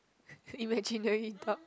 imaginary dog